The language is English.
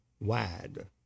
wide